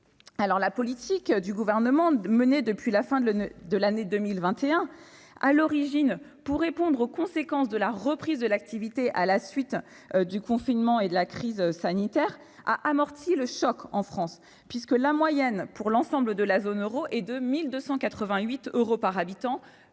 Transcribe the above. La politique que le Gouvernement mène depuis la fin de l'année 2021, à l'origine pour répondre aux conséquences de la reprise de l'activité à la suite du confinement et de la crise sanitaire, a amorti le choc en France. Alors que la moyenne pour l'ensemble de la zone euro est de 1 288 euros par habitant